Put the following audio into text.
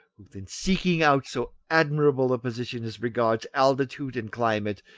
both in seeking out so admirable a position as regards altitude and climate,